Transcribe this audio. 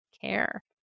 care